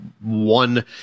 one